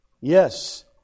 Yes